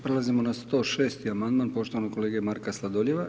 Prelazimo na 106. amandman poštovanog kolege Marka Sladoljeva.